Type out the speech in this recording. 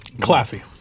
Classy